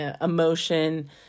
emotion